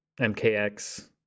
MKX